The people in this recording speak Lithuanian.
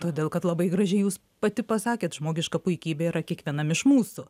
todėl kad labai gražiai jūs pati pasakėt žmogiška puikybė yra kiekvienam iš mūsų